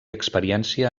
experiència